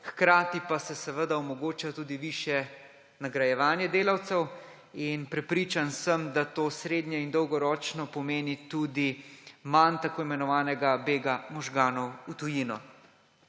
hkrati pa se seveda omogoča tudi višje nagrajevanje delavcev. Prepričan sem, da to srednjeročno in dolgoročno pomeni tudi manj tako imenovanega bega možganov v tujino.